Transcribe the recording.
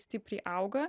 stipriai auga